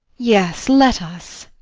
yes, let us.